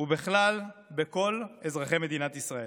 ובכלל בכל אזרחי מדינת ישראל.